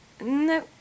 No